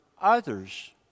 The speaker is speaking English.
others